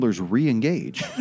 re-engage